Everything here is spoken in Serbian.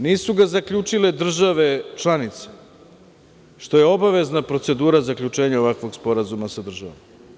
Nisu ga zaključile države članice, što je obavezna procedura zaključenja ovakvog sporazuma sa državama.